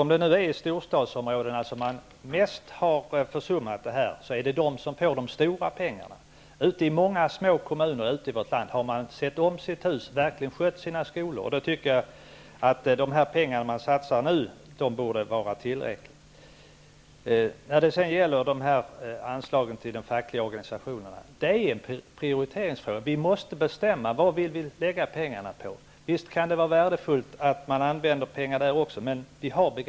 Om det är i storstadsområdena som det har försummats mest, blir det ju nu där som man får de stora pengarna. I många små kommuner i landet har man sett om sitt hus och verkligen skött sina skolor. Därför tycker jag att de pengar som nu satsas borde vara tillräckliga. När det gäller anslagen till de fackliga organisationerna vill jag framhålla att det är en prioriteringsfråga. Vi måste bestämma oss för vad vi vill lägga pengarna på. Visst kan det vara värdefullt med pengar också i det här sammanhanget.